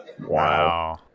Wow